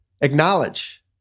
Acknowledge